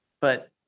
But-